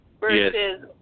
versus